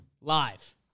Live